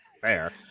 Fair